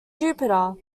jupiter